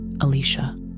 Alicia